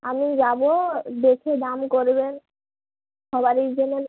আমি যাবো দেখে দাম করবেন সবারই জন্য